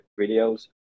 videos